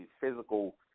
physical